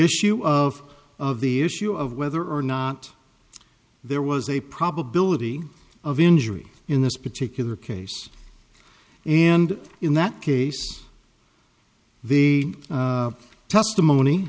issue of of the issue of whether or not there was a probability of injury in this particular case and in that case the testimony